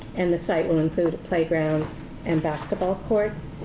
and the site will include a playground and basketball courts.